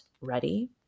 ready